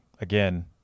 again